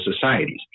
societies